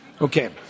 Okay